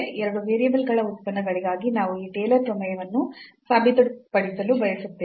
ಎರಡು ವೇರಿಯಬಲ್ಗಳ ಉತ್ಪನ್ನಗಳಿಗಾಗಿ ನಾವು ಈ ಟೇಲರ್ ಪ್ರಮೇಯವನ್ನು ಸಾಬೀತುಪಡಿಸಲು ಬಯಸುತ್ತೇವೆ